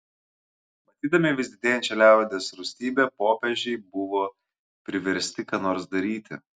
matydami vis didėjančią liaudies rūstybę popiežiai buvo priversti ką nors daryti